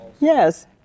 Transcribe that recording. Yes